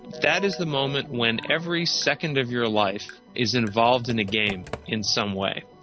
that is the moment when every second of your life is involved in a game in some way.